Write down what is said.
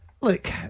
Look